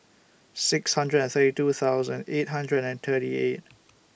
six hundred and thirty two thousand eight hundred and thirty eight